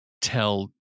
tell